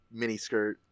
miniskirt